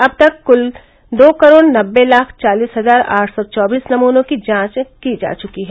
अब तक क्ल दो करोड़ नब्बे लाख चालीस हजार आठ सौ चौबीस नमूनों की जांच की जा चुकी है